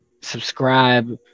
subscribe